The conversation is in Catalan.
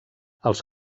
als